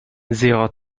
zéro